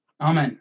Amen